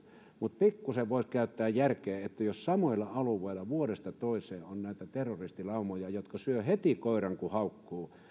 mutta pikkuisen voisi käyttää järkeä jos samoilla alueilla vuodesta toiseen on näitä terroristilaumoja jotka syövät heti koiran kun se haukkuu